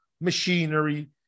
machinery